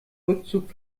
rückzug